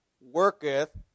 worketh